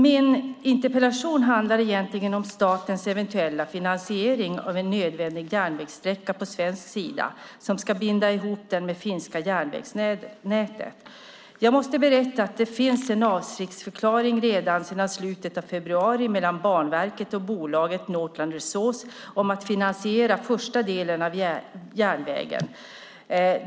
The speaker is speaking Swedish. Min interpellation handlar egentligen om statens eventuella finansiering av en nödvändig järnvägssträcka på svensk sida som ska bindas ihop med det finska järnvägsnätet. Jag måste berätta att det redan finns en avsiktsförklaring sedan slutet av februari mellan Banverket och bolaget Northland Resources om att finansiera den första delen av järnvägen.